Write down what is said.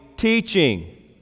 Teaching